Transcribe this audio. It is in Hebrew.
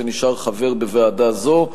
שנשאר חבר בוועדה זו.